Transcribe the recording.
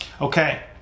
Okay